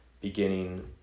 beginning